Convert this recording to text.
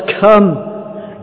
come